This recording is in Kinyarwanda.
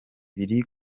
biri